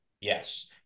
Yes